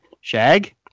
Shag